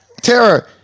Tara